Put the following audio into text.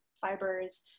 fibers